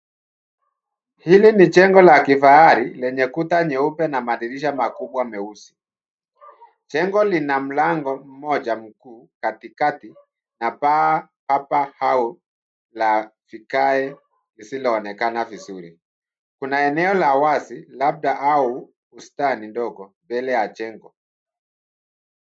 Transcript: Hili ni jengo la kifahari lenye kuta nyeupe na madirisha makubwa meusi. Jengo lina mlango mmoja mkuu katikati na paa hapa au la vigae lisiloonekana vizuri. Kuna eneo la wazi labda au bustani ndogo mbele ya jengo.